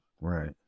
Right